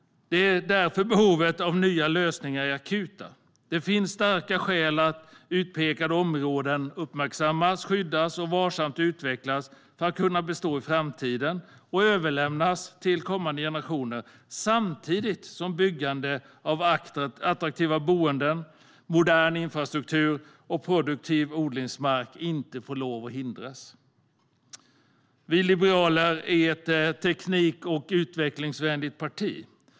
Det är därför behovet av nya lösningar är akut. Det finns starka skäl att utpekade områden uppmärksammas, skyddas och varsamt utvecklas för att kunna bestå i framtiden och överlämnas till kommande generationer. Samtidigt får byggande av attraktiva boenden, modern infrastruktur och produktiva odlingsmarker inte hindras. Liberalerna är ett teknik och utvecklingsvänligt parti.